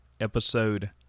Episode